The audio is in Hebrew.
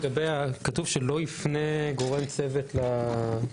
וזאת גם הסיבה שנכנסנו גם לצוותי משבר ולכל הדברים